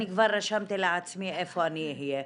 אני כבר רשמתי לעצמי איפה אני אהיה.